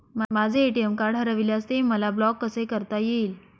माझे ATM card हरविल्यास ते मला ब्लॉक कसे करता येईल?